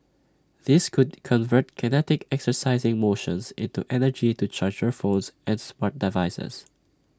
these could convert kinetic exercising motions into energy to charge your phones and smart devices